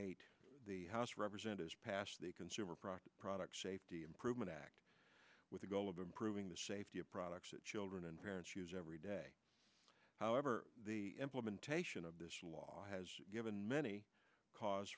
eight the house of representatives passed the consumer product product safety improvement act with the goal of improving the safety of products that children and parents use every day however the implementation of this law has given many cause